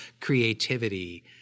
creativity